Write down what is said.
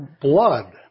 blood